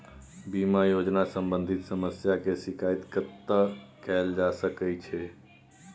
बीमा योजना सम्बंधित समस्या के शिकायत कत्ते कैल जा सकै छी?